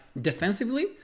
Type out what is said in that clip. defensively